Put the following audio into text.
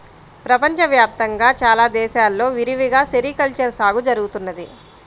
ప్రపంచ వ్యాప్తంగా చాలా దేశాల్లో విరివిగా సెరికల్చర్ సాగు జరుగుతున్నది